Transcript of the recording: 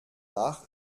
dach